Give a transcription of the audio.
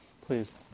please